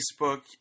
Facebook